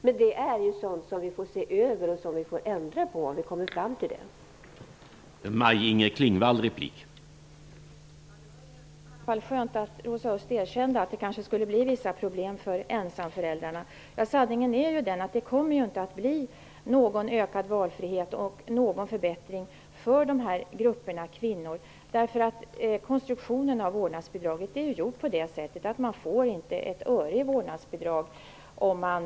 Men det är sådant som vi får se över och ändra på, om vi kommer fram till att det behövs.